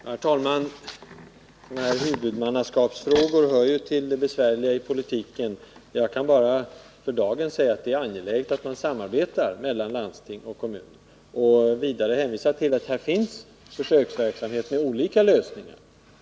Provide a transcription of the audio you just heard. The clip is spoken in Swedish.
Herr talman! Sådana här huvudmannaskapsfrågor hör ju till de besvärliga spörsmålen i politiken. Jag kan för dagen bara säga att det är angeläget, att landsting och kommun samarbetar, och vidare hänvisa till att det pågår en försöksverksamhet med olika lösningar.